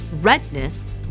redness